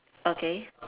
okay